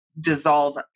dissolve